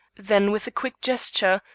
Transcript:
then with a quick gesture,